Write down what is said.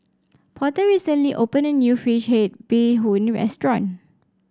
Porter recently opened a new fish head Bee Hoon restaurant